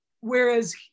whereas